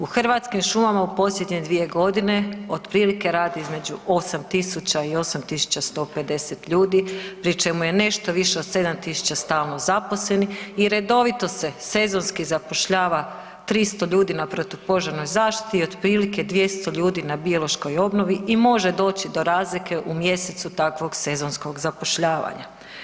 U Hrvatskim šumama u posljednje dvije godine otprilike radi između 8000 i 8150 ljudi pri čemu je nešto više od 7000 stalno zaposlenih i redovito se sezonski zapošljava 300 ljudi na protupožarnoj zaštiti i otprilike 200 ljudi na biološkoj obnovi i može doći do razlike u mjesecu takvog sezonskog zapošljavanja.